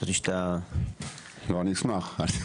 אשמח.